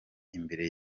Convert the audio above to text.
imbere